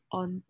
on